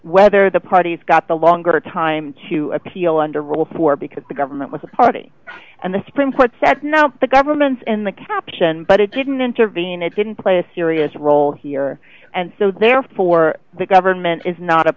whether the parties got the longer time to appeal under rule for because the government was a party and the supreme court said no the government's in the caption but it didn't intervene it didn't play a serious role here and so therefore the government is not a